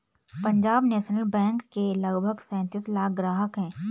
Punjab national bank के लगभग सैंतीस लाख ग्राहक हैं